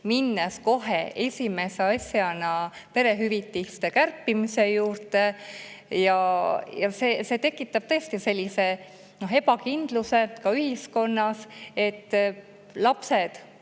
minnes kohe esimese asjana perehüvitiste kärpimise juurde. See tekitab tõesti ebakindluse ühiskonnas [ja